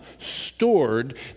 stored